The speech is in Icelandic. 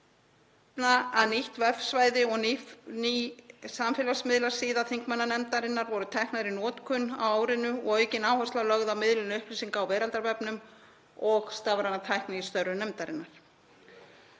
að nýtt vefsvæði og ný samfélagsmiðlasíða þingmannanefndarinnar voru teknar í notkun á árinu og aukin áhersla lögð á miðlun upplýsinga á veraldarvefnum og stafræna tækni í störfum nefndarinnar.